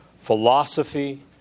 philosophy